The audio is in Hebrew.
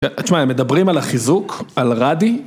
תשמע, מדברים על החיזוק, על רדי